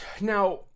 Now